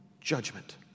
Judgment